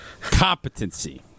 competency